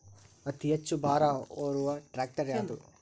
ಅತಿ ಹೆಚ್ಚ ಭಾರ ಹೊರು ಟ್ರ್ಯಾಕ್ಟರ್ ಯಾದು?